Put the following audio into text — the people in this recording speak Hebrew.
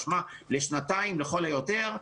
משמע לשנתיים לכל היותר,